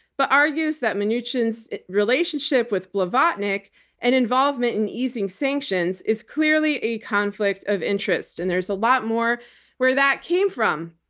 but argues that mnuchin's relationship with blavatnik and involvement in easing sanctions is clearly a conflict of interest. and there's a lot more where that came from.